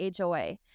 HOA